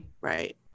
Right